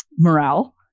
Morale